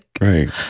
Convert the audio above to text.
Right